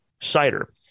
cider